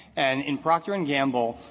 and in procter and gamble,